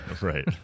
right